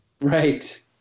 Right